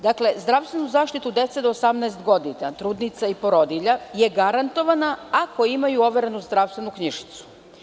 Dakle, zdravstvenu zaštitu dece do 18 godina, trudnica i porodilja je garantovana ako imaju overenu zdravstvenu knjižicu.